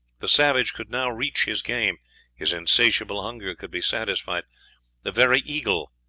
the savage could now reach his game his insatiable hunger could be satisfied the very eagle,